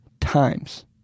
times